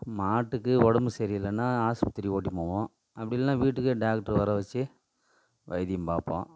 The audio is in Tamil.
மாட்டுக்கு உடம்பு சரியில்லன்னா ஹாஸ்பத்திரி ஓட்டிப் போவோம் அப்படி இல்லைன்னா வீட்டுக்கே டாக்டரை வரை வச்சி வைத்தியம் பார்ப்போம்